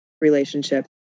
relationship